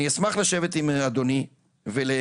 אני אשמח לשבת עם אדוני ולהסביר,